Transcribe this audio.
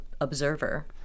observer